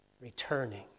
returning